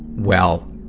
well,